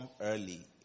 early